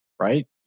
right